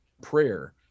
prayer